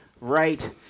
right